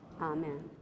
amen